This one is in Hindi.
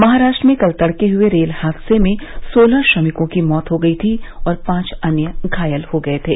महाराष्ट्र में कल तड़के हुए रेल हादसे में सोलह श्रमिकों की मौत हो गयी थी और पांच अन्य घायल हो गये थे